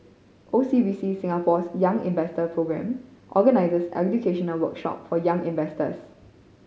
O C B C Singapore's Young Investor Programme organizes educational workshop for young investors